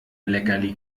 leckerli